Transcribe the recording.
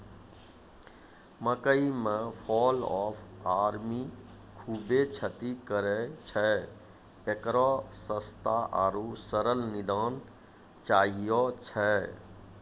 मकई मे fall of army खूबे क्षति करेय छैय, इकरो सस्ता आरु सरल निदान चाहियो छैय?